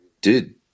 Dude